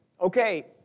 okay